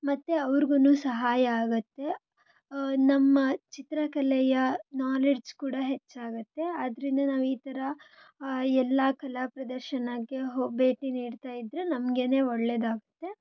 ಮತ್ತೆ ಅವ್ರ್ಗೂ ಸಹಾಯ ಆಗುತ್ತೆ ನಮ್ಮ ಚಿತ್ರಕಲೆಯ ನಾಲೆಡ್ಜ್ ಕೂಡ ಹೆಚ್ಚಾಗುತ್ತೆ ಆದ್ದರಿಂದ ನಾವು ಈ ಥರ ಎಲ್ಲ ಕಲಾ ಪ್ರದರ್ಶನಕ್ಕೆ ಹೋಗಿ ಭೇಟಿ ನೀಡ್ತಾ ಇದ್ದರೆ ನಮ್ಗೇ ಒಳ್ಳೆದಾಗುತ್ತೆ